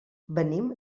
venim